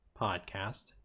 podcast